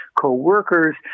coworkers